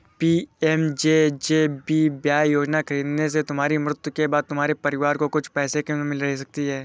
PMJJBY योजना खरीदने से तुम्हारी मृत्यु के बाद तुम्हारे परिवार को कुछ पैसों की मदद मिल सकती है